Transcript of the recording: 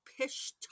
pish